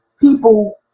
people